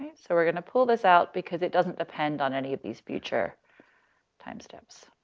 so we're gonna pull this out because it doesn't depend on any of these future time steps.